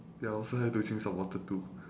wait I also have to drink some water too